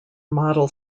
model